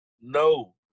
No